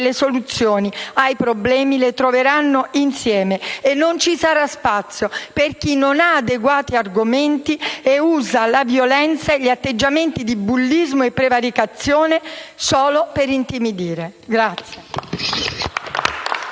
le soluzioni ai problemi le troveranno insieme e non ci sarà spazio per chi non ha adeguati argomenti e usa la violenza e gli atteggiamenti di bullismo e prevaricazione solo per intimidire.